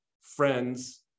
friends